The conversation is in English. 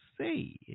say